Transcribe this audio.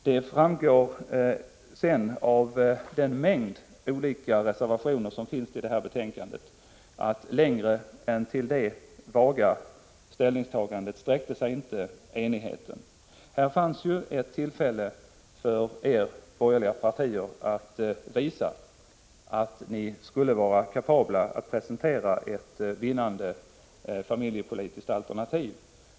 Det framgår av den mängd olika reservationer som avgivits i anslutning till detta betänkande att längre än till detta vaga ställningstagande sträcker sig inte enigheten. Här fanns ett tillfälle för er i de borgerliga partierna att visa att ni skulle vara kapabla att presentera ett vinnande familjepolitiskt alternativ.